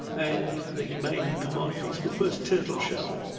and the main commodities were first, turtle shell,